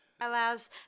allows